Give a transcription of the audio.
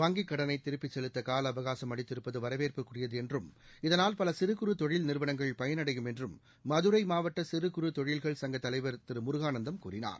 வங்கிக்கடனை திருப்பி செலுத்த காலஅவகாசம் அளித்திருப்பது வரவேற்புக்குரியது எ்னறும் இதனால் பல சிறு குறு தொழில் நிறுவனங்கள் பயனடையும் என்றும் மதுரை மாவட்ட சிறு குறு தொழில்கள் சங்க தலைவர் முருகானந்தம் கூறினார்